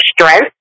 strength